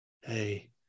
hey